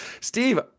Steve